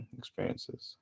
experiences